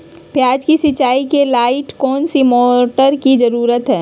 प्याज की सिंचाई के लाइट कौन सी मोटर की जरूरत है?